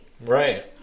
Right